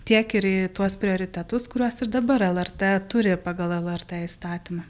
tiek ir į tuos prioritetus kuriuos ir dabar lrt turi pagal lrt įstatymą